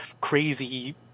crazy